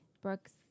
Brooks